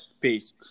Peace